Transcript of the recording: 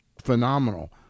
phenomenal